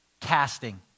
Casting